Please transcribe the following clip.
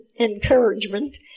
encouragement